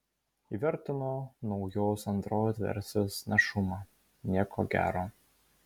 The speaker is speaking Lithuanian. įvertino naujos android versijos našumą nieko gero